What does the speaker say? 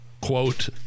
Quote